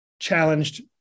challenged